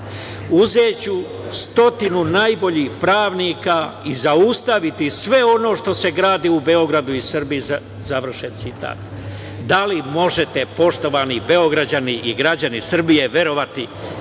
uzeću stotinu najboljih pravnika i zaustaviti sve ono što se gradi u Beogradu i Srbiji. Završen citat. Da li možete, poštovani Beograđani i građani Srbije, verovati